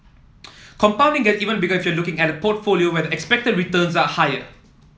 compounding get even bigger if you're looking at a portfolio where the expected returns are higher